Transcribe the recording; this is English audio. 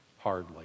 Hardly